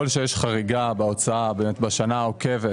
אני עוברת לעמוד 4. ככל שבוצעו פעולות